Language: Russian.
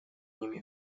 ними